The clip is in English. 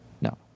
no